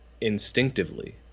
instinctively